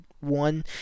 one